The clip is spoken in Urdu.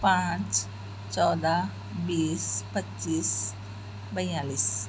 پانچ چودہ بیس پچیس بیالیس